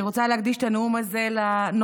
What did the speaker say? אני רוצה להקדיש את הנאום הזה לנוכחות-הנפקדות